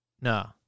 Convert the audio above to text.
No